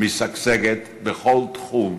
משגשגת בכל תחום,